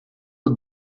het